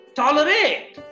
tolerate